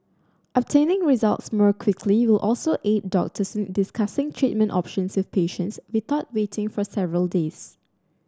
obtaining results more quickly will also aid doctors in discussing treatment options with patients without waiting for several days